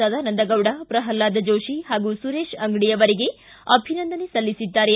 ಸದಾನಂದ ಗೌಡ ಪ್ರಹ್ಲಾದ್ ಜೋತಿ ಹಾಗೂ ಸುರೇತ ಅಂಗಡಿ ಅವರಿಗೆ ಅಭಿನಂದನೆ ಸಲ್ಲಿಸಿದ್ದಾರೆ